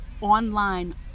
online